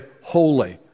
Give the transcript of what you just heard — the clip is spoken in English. holy